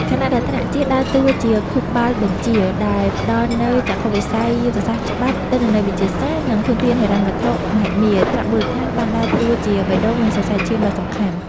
ខណៈដែលថ្នាក់ជាតិដើរតួជា ខួរក្បាលបញ្ជា ដែលផ្ដល់នូវចក្ខុវិស័យយុទ្ធសាស្ត្រ ច្បាប់ ទិន្នន័យវិទ្យាសាស្ត្រ និងធនធានហិរញ្ញវត្ថុមហិមា ថ្នាក់មូលដ្ឋានបានដើរតួជា បេះដូង និងសរសៃឈាមដ៏សំខាន់។